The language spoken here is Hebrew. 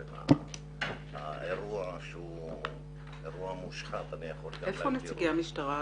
זה היה אירוע מושחת אני יכול --- איפה נציגי המשטרה?